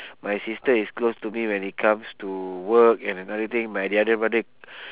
my sister is close to me when it comes to work and another thing my the other brother